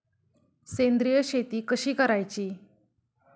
सेंद्रिय शेती कशी करायची?